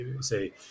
say